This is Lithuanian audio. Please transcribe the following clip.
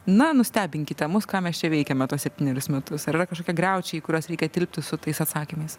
na nustebinkite mus ką mes čia veikiame tuos septynerius metus ar yra kažkokie griaučiai į kuriuos reikia tilpti su tais atsakymais